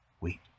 Wait